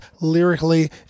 lyrically